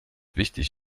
wichtig